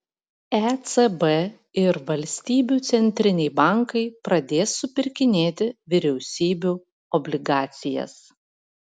ecb ir valstybių centriniai bankai pradės supirkinėti vyriausybių obligacijas